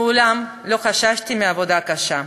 מעולם לא חששתי מעבודה קשה.